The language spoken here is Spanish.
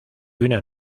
una